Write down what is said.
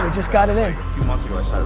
just got it in. a few months ago,